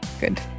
Good